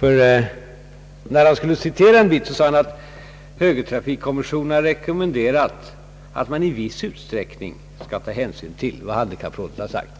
När herr Häbinette skulle citera ett stycke sade han, att högertrafikkommissionen har rekommenderat att man i viss utsträckning skall ta hänsyn till vad handikapprådet har sagt.